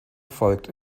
erfolgt